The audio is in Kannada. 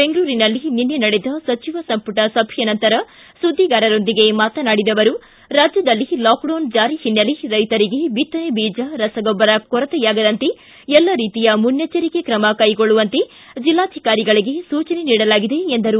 ಬೆಂಗಳೂರಿನಲ್ಲಿ ನಿನ್ನೆ ನಡೆದ ಸಚಿವ ಸಂಮಟ ಸಭೆಯ ನಂತರ ಸುದ್ಗಿಗಾರರೊಂದಿಗೆ ಮಾತನಾಡಿದ ಅವರು ರಾಜ್ಯದಲ್ಲಿ ಲಾಕ್ಡೌನ್ ಜಾರಿ ಹಿನ್ನೆಲೆ ರೈಶರಿಗೆ ಬಿತ್ತನೆ ಬೀಜ ರಸಗೊಬ್ಬರ ಕೊರತೆಯಾಗದಂತೆ ಎಲ್ಲ ರೀತಿಯ ಮುನ್ನೆಚ್ಚರಿಕೆ ಕ್ರಮ ಕ್ಲೆಗೊಳ್ಳುವಂತೆ ಜಿಲ್ಲಾಧಿಕಾರಿಗಳಿಗೆ ಸೂಚನೆ ನೀಡಲಾಗಿದೆ ಎಂದರು